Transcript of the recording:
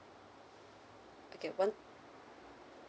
okay one